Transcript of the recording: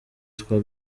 twa